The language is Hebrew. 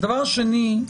דבר שני,